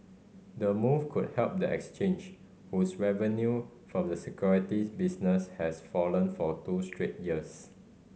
the move could help the exchange whose revenue from the securities business has fallen for two straight years